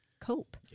cope